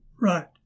Right